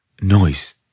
noise